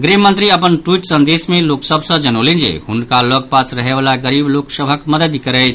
गृह मंत्री अपन ट्वीट संदेश मे लोक सभ सँ जनौलनि जे हुनका लग पास रहयवला गरीब लोक सभक मददि करैथ